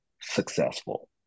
successful